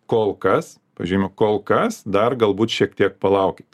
kol kas pažymiu kol kas dar galbūt šiek tiek palaukit